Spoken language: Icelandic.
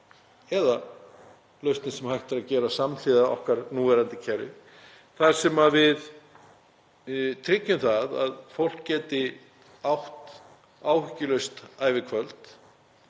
aðrar lausnir, sem hægt er að gera samhliða okkar núverandi kerfi þar sem við tryggjum að fólk geti átt áhyggjulaust ævikvöld